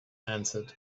answered